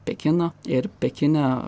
pekiną ir pekine